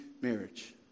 marriage